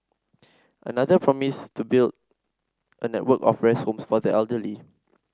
another promised to build a network of rest homes for the elderly